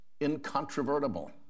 incontrovertible